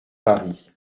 paris